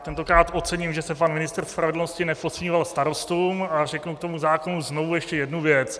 Tentokrát ocením, že se pan ministr spravedlnosti neposmíval starostům, a řeknu k tomu zákonu znovu ještě jednu věc.